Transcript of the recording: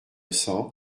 cents